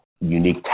unique